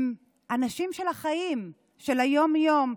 הם אנשים של החיים, של היום-יום.